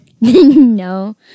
No